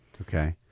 Okay